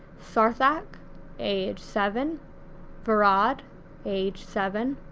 sarthak age seven varad age seven,